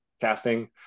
casting